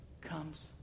comes